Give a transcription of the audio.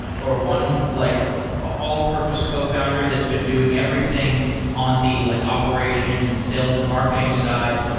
or one like all-purpose cofounder that's been doing everything on the like operations and sales and marketing side,